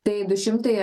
tai du šimtai